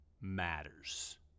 matters